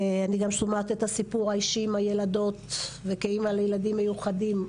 אני גם שומעת את הסיפור האישי עם הילדות וכאמא לילדים מיוחדים,